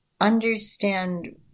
understand